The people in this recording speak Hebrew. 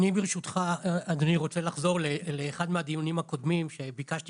אני רוצה לחזור לאחד מהדיונים הקודמים שביקשתי